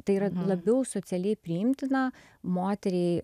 tai yra labiau socialiai priimtina moteriai